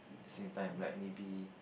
as in like maybe